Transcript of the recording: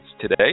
today